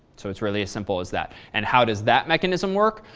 so, it's really as simple as that. and how does that mechanism work?